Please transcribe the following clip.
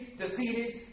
defeated